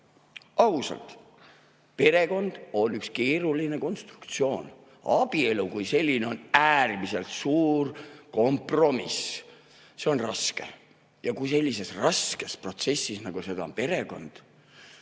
Ausalt, perekond on üks keeruline konstruktsioon, abielu kui selline on äärmiselt suur kompromiss. See on raske. Ja kui sellist rasket protsessi, nagu seda on perekond,